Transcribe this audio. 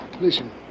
Listen